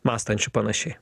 mąstančių panašiai